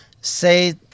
Say